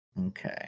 Okay